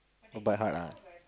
bite hard ah